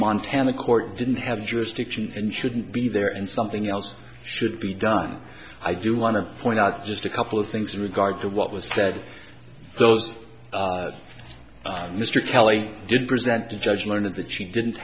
montana court didn't have jurisdiction and shouldn't be there and something else should be done i do want to point out just a couple of things in regard to what was said those mr kelly did present the judge learned that she didn't